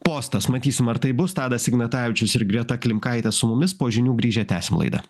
postas matysim ar tai bus tadas ignatavičius ir greta klimkaitė su mumis po žinių grįžę tęsim laidą